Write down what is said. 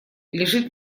лежит